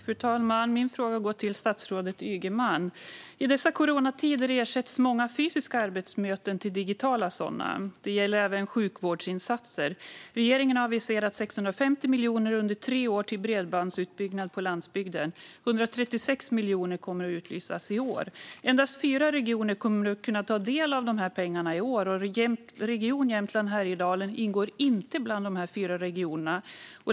Fru talman! Min fråga går till statsrådet Ygeman. I dessa coronatider ersätts många fysiska arbetsmöten med digitala sådana. Det gäller även sjukvårdsinsatser. Regeringen har aviserat 650 miljoner under tre år till bredbandsutbyggnad på landsbygden. 136 miljoner kommer att utlysas i år. Endast fyra regioner kommer att kunna ta del av dessa pengar i år, och Region Jämtland Härjedalen ingår inte bland dessa fyra.